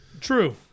true